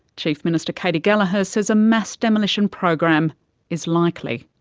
chief minister katy gallagher says a mass demolition program is likely.